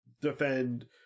defend